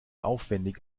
aufwendig